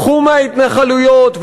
קחו מההתנחלויות,